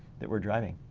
that we're driving.